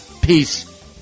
Peace